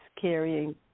carrying